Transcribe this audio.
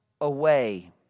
away